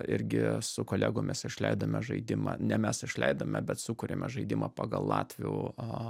irgi su kolegomis išleidome žaidimą ne mes išleidome bet sukūrėme žaidimą pagal latvių